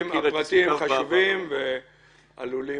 צריכים לראות